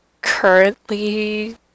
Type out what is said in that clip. currently